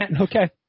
Okay